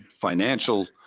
financial